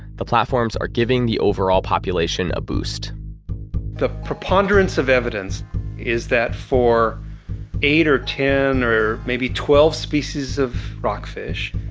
the platforms are giving the overall population a boost the preponderance of evidence is that for eight or ten or maybe twelve species of rockfish,